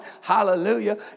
Hallelujah